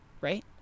Right